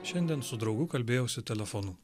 šiandien su draugu kalbėjausi telefonu